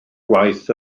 gwaith